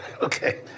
okay